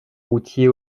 routier